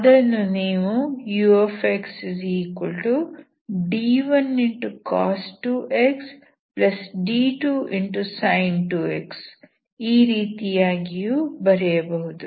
ಅದನ್ನು ನೀವು uxd1cos 2x d2sin 2x ಈ ರೀತಿಯಾಗಿಯೂ ಬರೆಯಬಹುದು